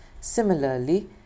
Similarly